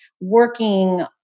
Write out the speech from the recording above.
working